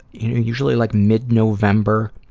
usually like mid-november,